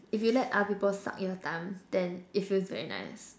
if you let other people suck your thumbs then it feels very nice